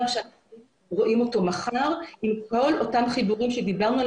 עם כל אותם חיבורים עליהם דיברנו,